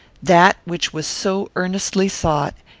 that which was so earnestly sought,